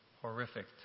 horrific